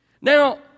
Now